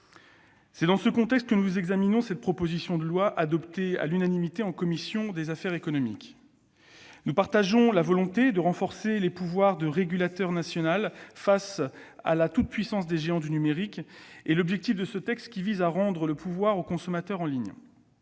C'est dans ce contexte que nous examinons cette proposition de loi, adoptée à l'unanimité de la commission des affaires économiques. Nous partageons la volonté de renforcer les pouvoirs du régulateur national face à la toute-puissance des géants du numérique et l'objectif de ce texte, qui vise à rendre le pouvoir au consommateur en ligne.